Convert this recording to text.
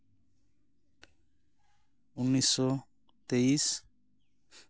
ᱩᱱᱤᱥᱥᱚ ᱛᱮᱭᱤᱥ